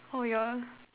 oh you all